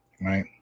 right